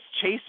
Chase